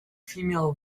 female